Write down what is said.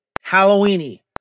Halloween-y